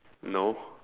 no